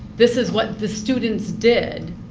this is what the students did,